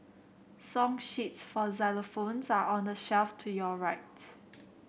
song sheets for xylophones are on the shelf to your rights